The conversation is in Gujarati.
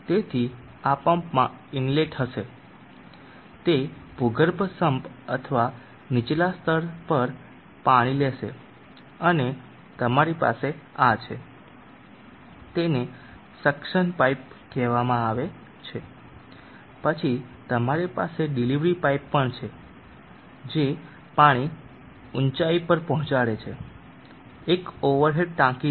તેથી આ પમ્પમાં ઇનલેટ હશે તે ભૂગર્ભ સમ્પ અથવા નીચલા સ્તર પર પાણી લેશે અને તમારી પાસે આ છે તેને સક્શન પાઇપ કહેવામાં આવે છે પછી તમારી પાસે ડિલિવરી પાઇપ પણ છે જે પાણી ઊચાઇ પર પહોંચાડે છે એક ઓવર હેડ ટાંકી છે